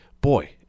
boy